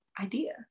idea